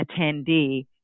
attendee